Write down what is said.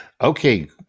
Okay